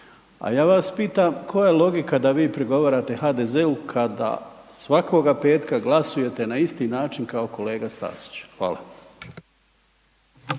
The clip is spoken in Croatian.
a ja vas pitam koja je logika da vi prigovarate HDZ-u kada svakoga petka glasujete na isti način kao kolega Stazić? Hvala.